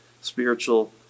spiritual